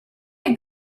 you